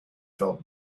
felt